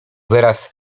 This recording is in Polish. wyraz